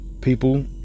people